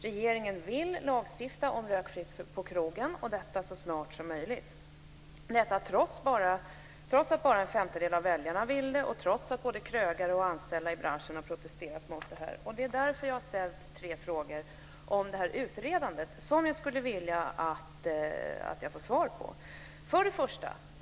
Regeringen vill lagstifta om rökfritt på krogen - och detta så snart som möjligt - trots att bara en femtedel av väljarna vill det och trots att både krögare och anställda i branschen har protesterat mot detta. Därför har jag tre frågeställningar kring utredandet - frågor som jag skulle vilja få svar på: 1.